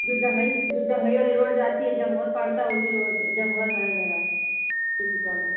जो जंघई जो जंघई वाली रोड जाती है जमूहर पड़ता है उसी रोड जमूहर में है मेरा ब्यूटी पार्लर